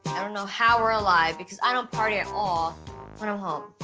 i don't know how we're alive because i don't party at all when i'm home.